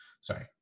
sorry